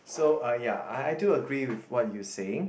so ah ya I I do agree with what you saying